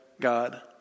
God